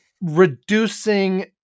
reducing